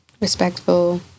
Respectful